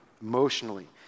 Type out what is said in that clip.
emotionally